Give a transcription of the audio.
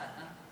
תודה רבה.